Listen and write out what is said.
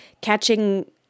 catching